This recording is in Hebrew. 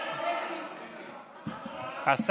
הצבעה שמית?